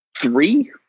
three